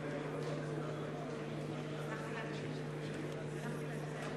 אינו נוכח משה יעלון,